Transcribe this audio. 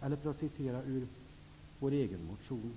Eller för att citera ur vår egen motion: